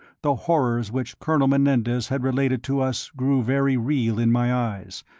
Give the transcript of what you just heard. the horrors which colonel menendez had related to us grew very real in my eyes,